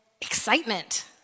excitement